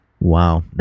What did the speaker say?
Wow